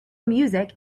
music